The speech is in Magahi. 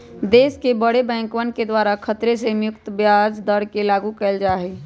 देश के बडे बैंकवन के द्वारा खतरे से मुक्त ब्याज दर के लागू कइल जा हई